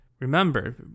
Remember